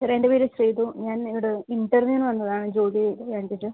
sir എൻ്റെ പേര് ശ്രീതു ഞാൻ ഇവിടെ ഇൻ്റർവ്യൂവിനു വന്നതാണ് ജോലി വേണ്ടിയിട്ട്